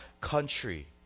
country